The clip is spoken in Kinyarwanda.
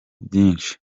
byinshi